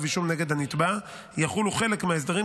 אישום נגד הנתבע יחולו חלק מההסדרים,